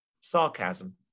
sarcasm